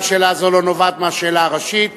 גם שאלה זו לא נובעת מהשאלה הראשית.